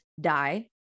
die